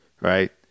right